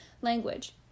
language